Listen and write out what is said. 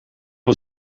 het